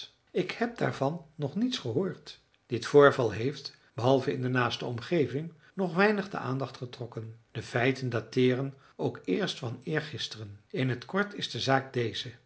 ik heb daarvan nog niets gehoord dit voorval heeft behalve in de naaste omgeving nog weinig de aandacht getrokken de feiten dateeren ook eerst van eergisteren in t kort is de zaak deze